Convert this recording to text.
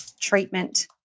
treatment